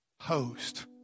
host